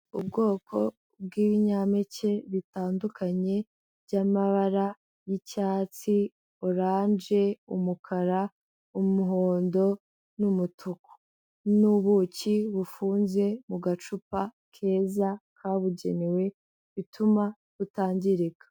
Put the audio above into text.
Ubwoko bw'ibinyampeke bitandukanye by'amabara y'icyatsi, oranje, umukara, umuhondo, n'umutuku. N'ubuki bufunze mu gacupa keza kabugenewe bituma butangirika.